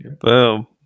boom